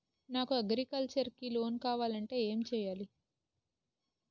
నాకు అగ్రికల్చర్ కి లోన్ కావాలంటే ఏం చేయాలి?